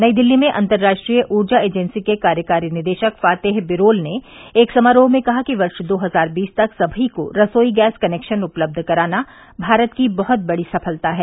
नई दिल्ली में अंतर्राष्ट्रीय ऊर्जा एजेंसी के कार्यकारी निदेशक फातेह बिरोल ने एक समारोह में कहा कि वर्ष दो हजार बीस तक सभी को रसोई गैस कनेक्शन उपलब्ध कराना भारत की बहुत बड़ी सफलता है